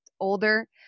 older